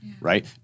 Right